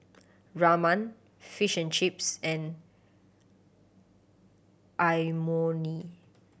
Ramen Fish and Chips and Imoni